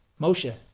Moshe